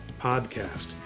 podcast